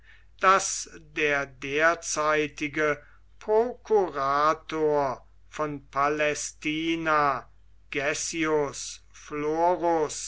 daß der derzeitige prokurator von palästina